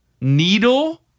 Needle